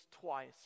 twice